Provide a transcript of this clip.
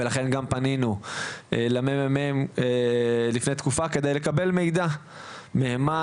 לכן גם פנינו לממ"מ לפני תקופה כדי לקבל מידע מהימן,